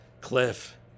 Cliff